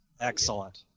excellent